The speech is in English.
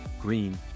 green